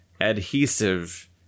adhesive